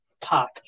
pop